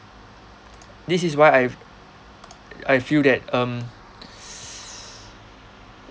this is why I've I feel that um